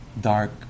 dark